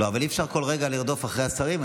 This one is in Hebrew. אי-אפשר כל רגע לרדוף אחרי השרים.